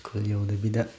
school ꯌꯧꯗꯕꯤꯗ